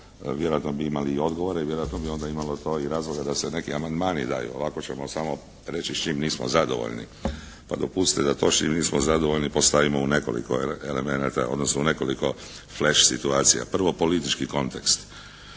Vjerojatno bi imali i odgovore i vjerojatno bi onda imalo to i razloga da se neki amandmani daju. Ovako ćemo samo reći s čim nismo zadovoljni? Pa dopustite da to s čim nismo zadovoljni postavimo u nekoliko elemenata odnosno u nekoliko "flash" situacija. Prvo, politički kontekst.